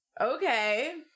okay